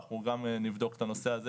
אנחנו גם נבדוק את הנושא הזה